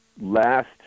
last